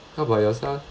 how about yourself